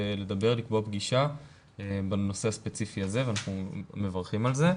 לדבר ולקבוע פגישה בנושא הספציפי הזה ואנחנו מברכים על כך.